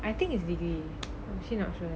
I think it's degree I'm actually not sure